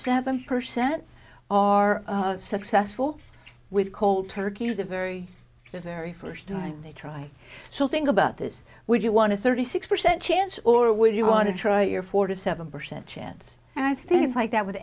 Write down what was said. seven percent are successful with cold turkey to the very very first time they try so think about this would you want to thirty six percent chance or would you want to try your four to seven percent chance and i think it's like that with